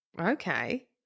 Okay